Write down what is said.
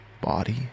body